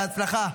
בהצלחה.